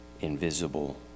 invisible